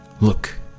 look